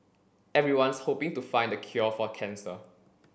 everyone's hoping to find the cure for cancer